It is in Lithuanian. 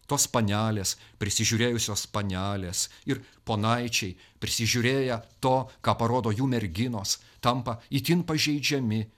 tos panelės prisižiūrėjusios panelės ir ponaičiai prisižiūrėję to ką parodo jų merginos tampa itin pažeidžiami